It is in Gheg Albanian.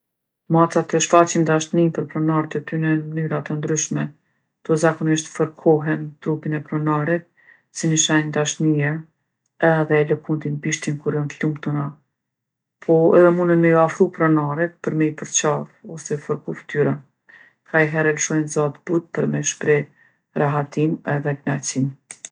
Macat e shfaqin dashninë për pronart e tyne n'mënyra t'ndryshme. Kto zakonisht fërkohen n'trupin e pronarit si ni shenjë dashnie edhe e lëkundin bishtin kur jon t'lumtuna. Po edhe munën me ju afru pronarit pë me i përqaf ose fërku ftyren. Kajhere lshojnë za t'butë për me shpreh rahatinë edhe knaqsinë.